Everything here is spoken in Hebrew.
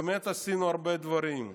באמת עשינו הרבה דברים.